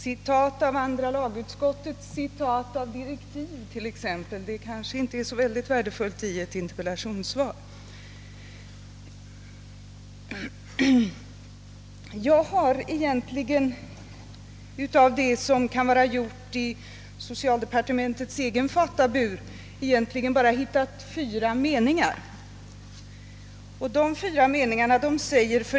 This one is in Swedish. Citat av andra lagutskottets citat av direktiv till utredningar kan jag t.ex. inte tycka är så särskilt värdefullt i ett interpellationssvar. Av det som kan vara gjort i socialdepartementets egen fatabur har jag egentligen bara hittat fyra meningar.